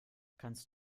kannst